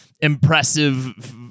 impressive